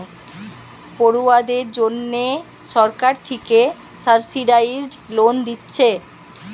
পড়ুয়াদের জন্যে সরকার থিকে সাবসিডাইস্ড লোন দিচ্ছে